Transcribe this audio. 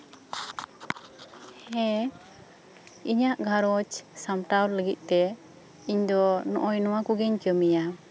ᱦᱮᱸ ᱤᱧᱟᱹᱜ ᱜᱷᱟᱨᱚᱸᱧᱡᱽ ᱥᱟᱢᱴᱟᱣ ᱞᱟᱹᱜᱤᱫᱛᱮ ᱤᱧ ᱫᱚ ᱱᱚᱜ ᱚᱭ ᱱᱚᱣᱟ ᱠᱚᱜᱤᱧ ᱠᱟᱹᱢᱤᱭᱟ